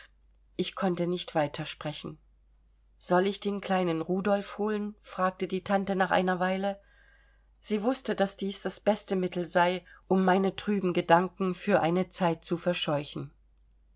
ich konnte nicht weitersprechen soll ich den kleinen rudolf holen fragte die tante nach einer weile sie wußte daß dies das beste mittel sei um meine trüben gedanken für eine zeit zu verscheuchen